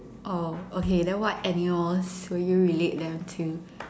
oh okay then what animals will you relate them to